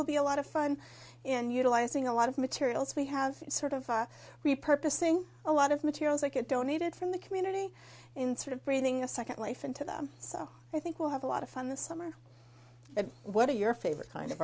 will be a lot of fun in utilizing a lot of materials we have sort of our repurpose thing a lot of materials like it donated from the community in sort of bringing a second life into them so i think we'll have a lot of fun this summer what are your favorite kind of